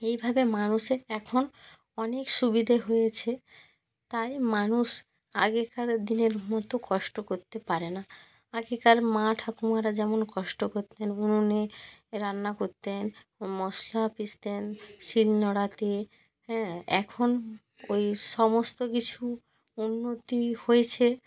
এইভাবে মানুষের এখন অনেক সুবিধে হয়েছে তাই মানুষ আগেকারের দিনের মতো কষ্ট করতে পারে না আগেকার মা ঠাকুমারা যেমন কষ্ট করতেন উনুনে রান্না করতেন মশলা পিষতেন শিলনোড়াতে হ্যাঁ এখন ওই সমস্ত কিছু উন্নতি হয়েছে